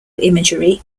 imagery